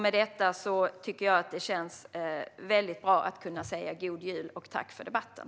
Med detta tycker jag att det känns väldigt bra att kunna säga: God jul och tack för debatten!